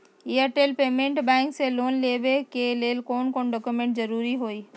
Airtel payments bank से loan लेवे के ले कौन कौन डॉक्यूमेंट जरुरी होइ?